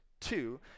Two